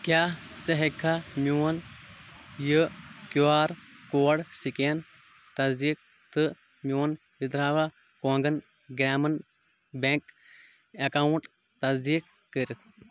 کیٛاہ ژٕ ہٮ۪کہٕ کھا میون یہِ کیوٗ آر کوڈ سکین تصدیق تہٕ میون وِدربھا کونکَن گرٛامَن بیٚنٛک اکاوُنٹ تصدیق کٔرِتھ؟َ